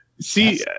See